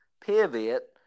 Pivot